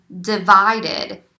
divided